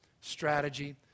strategy